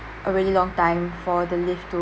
a really long time for the lift to